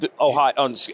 Ohio